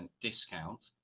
discount